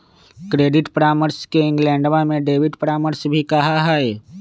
credit परामर्श के इंग्लैंडवा में डेबिट परामर्श भी कहा हई